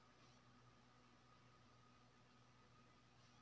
मकई के खेती केना सी मौसम मे उचित रहतय?